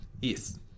Yes